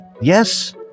Yes